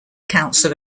council